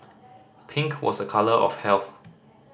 pink was a colour of health